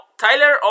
Tyler